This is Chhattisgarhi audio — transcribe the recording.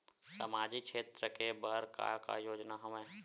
सामाजिक क्षेत्र के बर का का योजना हवय?